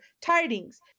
tidings